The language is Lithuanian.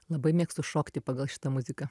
labai mėgstu šokti pagal šitą muziką